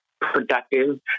productive